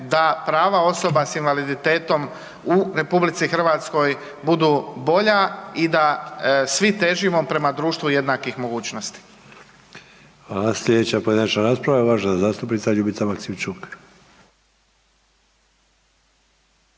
da prava osoba s invaliditetom u RH budu bolja i da svi težimo prema društvu jednakih mogućnosti. **Sanader, Ante (HDZ)** Hvala. Slijedeća pojedinačna rasprava uvažena zastupnica Ljubica Maksimčuk.